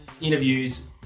interviews